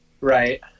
Right